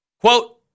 Quote